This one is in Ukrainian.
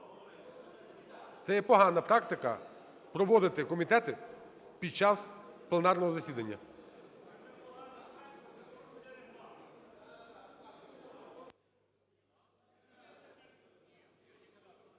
Це є погана практика проводити комітети під час пленарного засідання.